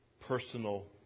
personal